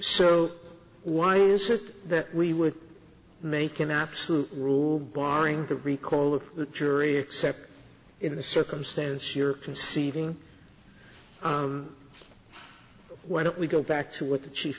so why is it that we would make an absolute rule barring the recall of the jury except in the circumstance you're conceding why don't we go back to what the chief